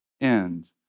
end